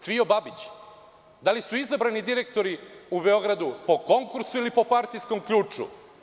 Cvijo Babić, da li su izabrani direktori u Beogradu po konkursu, ili po partijskom ključu?